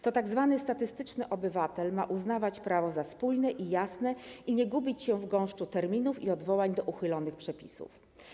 To tzw. statystyczny obywatel ma uznawać prawo za spójne i jasne i nie gubić się w gąszczu terminów i odwołań do uchylonych przepisów.